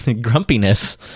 grumpiness